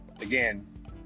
Again